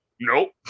Nope